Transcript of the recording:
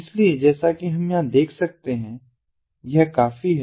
इसलिए जैसा कि हम यहां देख सकते हैं यह काफी है